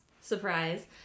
Surprise